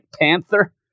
panther